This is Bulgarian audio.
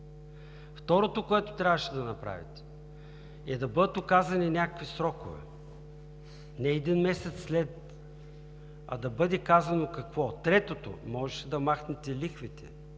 Второто, което трябваше да направите е да бъдат оказани някакви срокове. Не един месец след, а да бъде казано какво. Третото, можеше да махнете лихвите.